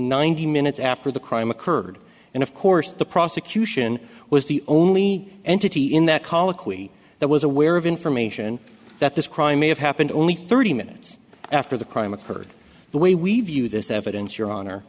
ninety minutes after the crime occurred and of course the prosecution was the only entity in that colloquy that was aware of information that this crime may have happened only thirty minutes after the crime occurred the way we view this evidence your honor